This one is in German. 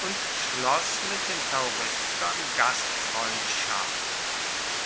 und schloß mit den tauriskern gastfreundschaft